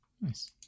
Nice